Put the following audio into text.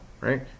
right